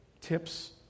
tips